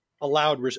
allowed